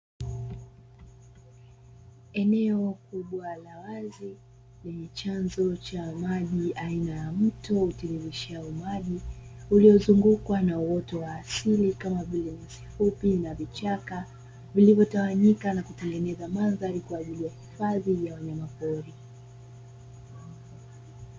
Eneo kubwa la wazi lenye chanzo cha maji aina ya mto utiririshao maji uliozungukwa na uoto wa asili kama vile nyasi fupi na vichaka vilivyotawanyika na kutengeneza mandhari kwa ajili ya hifadhi ya wanyamapori.